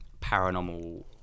paranormal